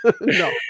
No